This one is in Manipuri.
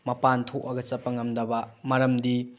ꯃꯄꯥꯟ ꯊꯣꯛꯑꯒ ꯆꯠꯄ ꯉꯝꯗꯕ ꯃꯔꯝꯗꯤ